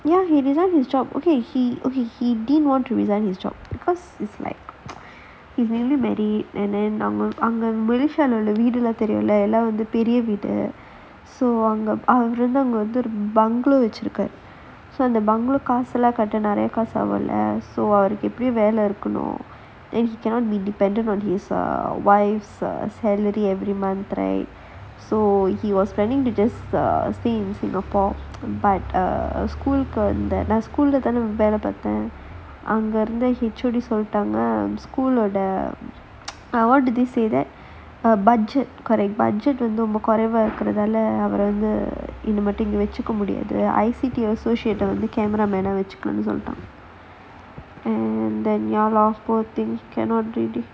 ya he resigns his job okay he okay he didn't want to resign his job he marry already வீடெல்லா தெரியுள்ள:veedellaa theriyulla so எல்லா வந்து பெரிய வீடு:ellaa vanthu periya veedu so அவரு அங்க வந்து:avaru anga vanthu bungalow வச்சு இருக்காரு:vachu irukkaaru so the bungalow காசு எல்லாம் கட்ட நிறையா காசு ஆகும்ல:kaasu ellaa katta niraiyaa kaasu aagumla so அவருக்கு எப்படியும் வேலை இருக்கணும்:avarukku eppadiyum velai irukkanum then now he indepent with his wife salary every month right but in singapore school of the தானே வேலை பாத்தேன் அங்க இருந்த சொல்லிட்டாங்க:thaana velai paathaen anga iruntha sollitaanga how do you say that budget correct budget வந்து ரொம்ப குறைவா இருக்கறது நால இனி இங்க வச்சுக்க முடியாது வச்சுக்கலாம்னு சொல்லிடாங்க:vanthu romba kuraivaa irukarathu naala ini inga vachukka mudiyaathu vachukkalaamnu sollitaanga